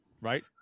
right